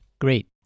Great